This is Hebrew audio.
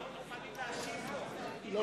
אנחנו מוכנים להשיב לו, אם יש לו בעיה של זמן.